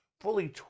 fully